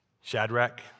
Shadrach